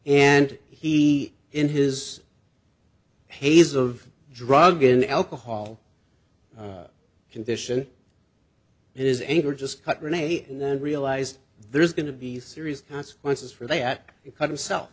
and he in his haze of drug and alcohol condition his anger just cut renee and then realize there's going to be serious consequences for that he cut himself